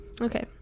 Okay